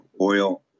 oil